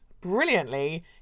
brilliantly